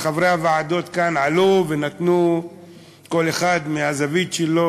וחברי הוועדות כאן עלו ונתנו כל אחד את הזווית שלו,